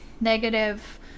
negative